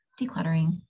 decluttering